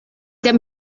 dem